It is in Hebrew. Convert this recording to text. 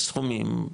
סכומים,